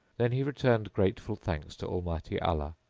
then he returned grateful thanks to almighty allah,